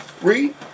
Read